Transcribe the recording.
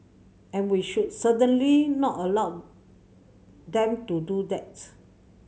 and we should certainly not allow them to do that